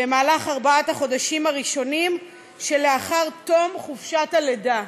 במהלך ארבעת החודשים הראשונים שלאחר תום חופשת הלידה.